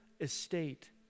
estate